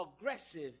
aggressive